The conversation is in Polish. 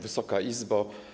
Wysoka Izbo!